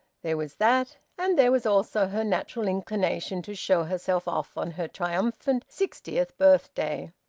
there was that, and there was also her natural inclination to show herself off on her triumphant sixtieth birthday.